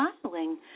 smiling